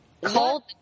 called